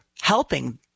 helping